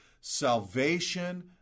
salvation